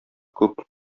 күп